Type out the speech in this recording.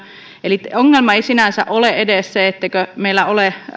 eli ongelma ei sinänsä ole edes se etteivätkö meillä